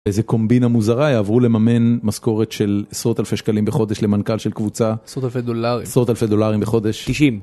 איזה קומבינה מוזרה, יעברו לממן משכורת של עשרות אלפי שקלים בחודש למנכ״ל של קבוצה. עשרות אלפי דולרים. עשרות אלפי דולרים בחודש. תשעים.